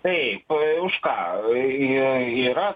taip už ką yra